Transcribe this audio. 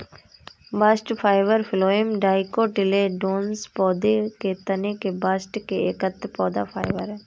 bast fibre phloem dicotyledonous पौधों के तने के बास्ट से एकत्र पौधा फाइबर है